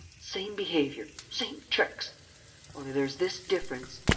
same behaviour. same tricks. only there's this difference.